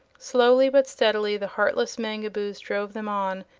slowly but steadily the heartless mangaboos drove them on,